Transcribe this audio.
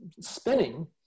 spinning